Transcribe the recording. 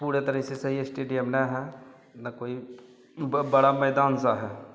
पूरी तरह से सही एस्टेडियम ना है ना कोई ब बड़ा मैदान सा है